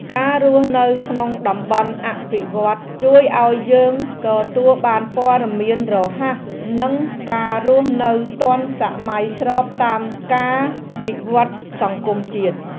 ការរស់នៅក្នុងតំបន់អភិវឌ្ឍន៍ជួយឱ្យយើងទទួលបានព័ត៌មានរហ័សនិងការរស់នៅទាន់សម័យស្របតាមការវិវត្តសង្គមជាតិ។